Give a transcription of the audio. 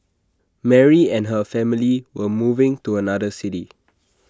Mary and her family were moving to another city